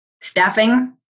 staffing